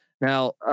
Now